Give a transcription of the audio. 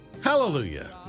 hallelujah